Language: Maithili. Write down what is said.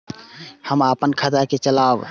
हम अपन खाता के चलाब?